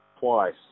twice